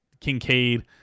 Kincaid